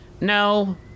No